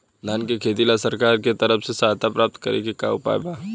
धान के खेती ला सरकार के तरफ से सहायता प्राप्त करें के का उपाय बा?